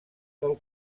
del